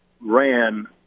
ran